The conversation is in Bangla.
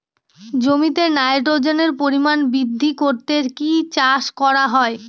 জমিতে নাইট্রোজেনের পরিমাণ বৃদ্ধি করতে কি চাষ করা হয়?